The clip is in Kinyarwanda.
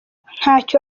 ntacyo